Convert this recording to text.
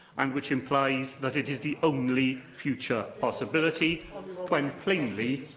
and which implies that it is the only future possibility, um when, plainly,